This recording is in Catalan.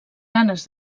ganes